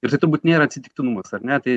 ir tai turbūt nėra atsitiktinumas ar ne tai